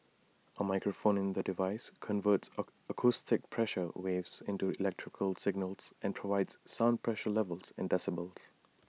A microphone in the device converts acoustic pressure waves into electrical signals and provides sound pressure levels in decibels